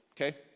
okay